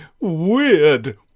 Weird